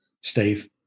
Steve